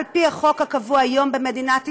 על פי החוק הקובע היום במדינת ישראל,